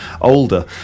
older